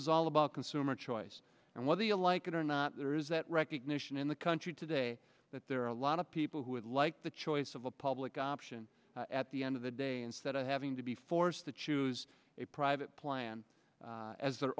is all about consumer choice and whether you like it or not there is that recognition in the country today that there are a lot of people who would like the choice of a public option at the end of the day instead of having to be forced to choose a private plan as their